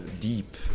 deep